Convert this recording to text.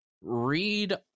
Read